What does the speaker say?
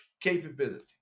capability